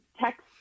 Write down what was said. text